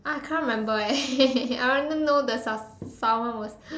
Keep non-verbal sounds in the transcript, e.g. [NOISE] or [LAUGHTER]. ah I can't remember eh [LAUGHS] I only know the sal~ Salmon was